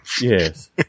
Yes